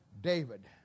David